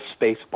Spacebar